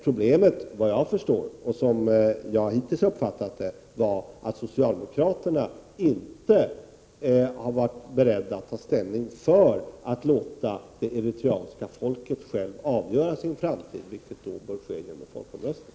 Problemet, såvitt jag förstår och som jag hittills uppfattat det, var att socialdemokraterna inte har varit beredda att ta ställning för att låta det eritreanska folket självt avgöra sin framtid, vilket bör ske genom folkomröstning.